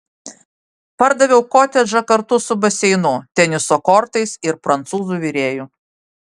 pardaviau kotedžą kartu su baseinu teniso kortais ir prancūzų virėju